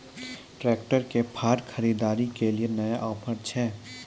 Tractor के फार खरीदारी के लिए नया ऑफर छ?